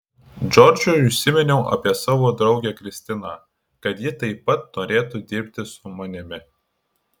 džordžui užsiminiau apie savo draugę kristiną kad ji taip pat norėtų dirbti su manimi